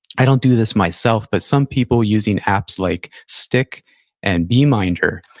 i don't do this myself, but some people, using apps like stickk and beeminder,